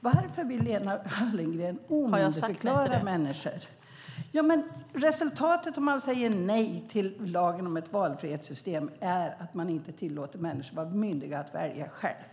Varför vill Lena Hallengren omyndigförklara människor? Om man säger nej till lagen om valfrihetssystem är resultatet att man inte tillåter människor att vara myndiga att välja själva.